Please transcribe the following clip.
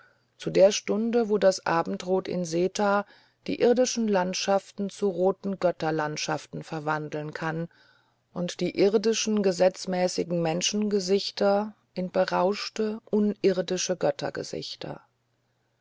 zu der stunde wo das abendrot in seta die irdischen landschaften zu roten götterlandschaften verwandeln kann und die irdischen gesetzmäßigen menschengesichter in berauschte